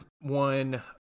one